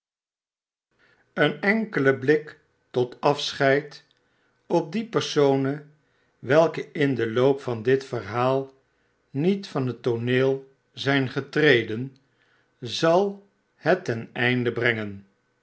eenenkele blik tot afscheid op die personen welke in den loop van dit verhaal niet van het tooneel zijn getreden zal het ten einde brengen